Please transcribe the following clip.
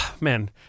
man